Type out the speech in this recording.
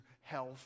health